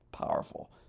powerful